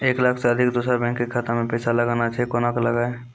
एक लाख से अधिक दोसर बैंक के खाता मे पैसा लगाना छै कोना के लगाए?